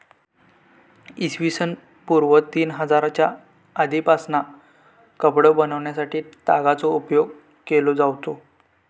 इ.स पूर्व तीन हजारच्या आदीपासना कपडो बनवच्यासाठी तागाचो उपयोग केलो जावचो